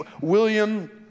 William